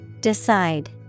Decide